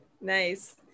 Nice